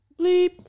Bleep